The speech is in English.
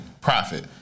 profit